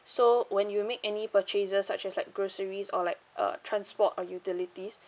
so when you make any purchases such as like groceries or like uh transport or utilities